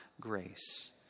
grace